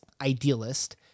idealist